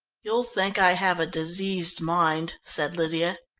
you'll think i have a diseased mind, said lydia,